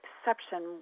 exception